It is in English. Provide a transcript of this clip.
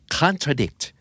contradict